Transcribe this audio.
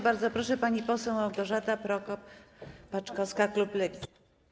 Bardzo proszę, pani poseł Małgorzata Prokop-Paczkowska, klub Lewicy.